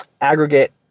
aggregate